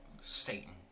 Satan